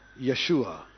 Yeshua